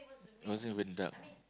it wasn't even dark